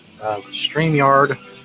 StreamYard